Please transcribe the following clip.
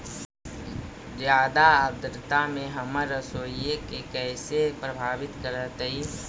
जादा आद्रता में हमर सरसोईय के कैसे प्रभावित करतई?